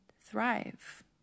thrive